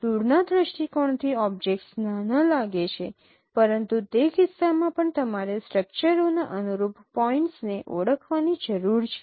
દૂરના દૃષ્ટિકોણથી ઓબ્જેક્ટસ નાના લાગે છે પરંતુ તે કિસ્સામાં પણ તમારે સ્ટ્રક્ચરોના અનુરૂપ પોઇન્ટ્સને ઓળખવાની જરૂર છે